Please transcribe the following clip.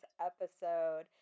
episode